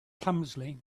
clumsily